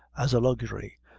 as a luxury,